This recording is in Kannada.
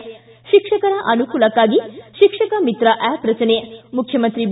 ಿ ಶಿಕ್ಷಕರ ಅನುಕೂಲಕ್ಷಾಗಿ ಶಿಕ್ಷಕ ಮಿತ್ರ ಆಪ್ ರಚನೆ ಮುಖ್ಯಮಂತ್ರಿ ಬಿ